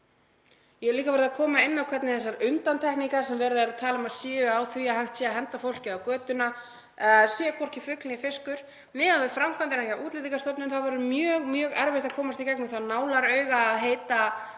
Ég hef líka verið að koma inn á hvernig þessar undantekningar sem verið er að tala um að séu á því að hægt sé að henda fólki á götunni séu hvorki fugl né fiskur. Miðað við framkvæmdina hjá Útlendingastofnun verður mjög erfitt að komast í gegnum það nálarauga að heita